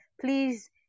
Please